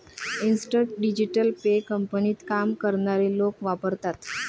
instant digital pay कंपनीत काम करणारे लोक वापरतात